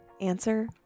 Answer